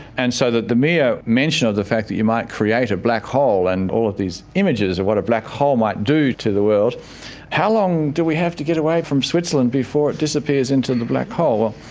and so the the mere mention of the fact that you might create a black hole and all of these images of what a black hole might do to the world how long do we have to get away from switzerland before it disappears into the black hole?